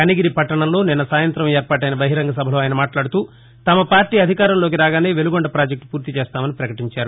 కనిగిరి పట్లణంలో నిన్న సాయంత్రం ఏర్పాటెన బహిరంగ సభలో ఆయన మాట్లాడుతూ తమ పార్టీ అధికారంలోకి రాగానే వెలుగొండ పాజెక్టును పూర్తీ చేస్తామని పకటించారు